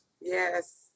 Yes